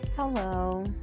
Hello